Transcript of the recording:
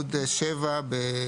(8)